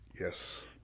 Yes